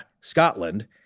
Scotland